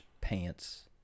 pants